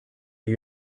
you